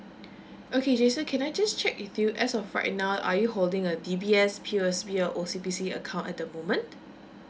okay jason can I just check with you as of right now are you holding a D_B_S P_I_S_B or O_C_B_C account at the moment